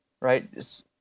Right